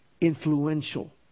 influential